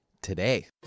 today